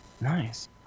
Nice